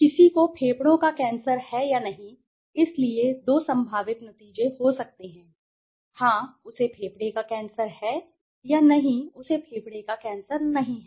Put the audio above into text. किसी को फेफड़ों का कैंसर है या नहीं इसलिए दो संभावित नतीजे हो सकते हाँ उसे फेफड़े का कैंसर है या नहीं उसे फेफड़े का कैंसर नहीं है